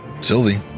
Sylvie